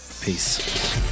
Peace